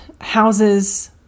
houses